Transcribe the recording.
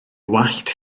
wallt